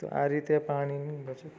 તો આ રીતે પાણીની બચત